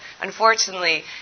Unfortunately